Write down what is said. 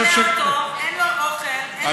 כולא אותו, אין לו אוכל, אין לו חשמל, אין לו מים.